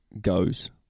goes